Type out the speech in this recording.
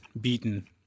beaten